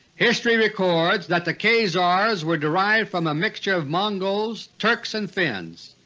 history records that the khazars were derived from a mixture of mongols, turks, and finns.